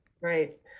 Right